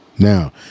Now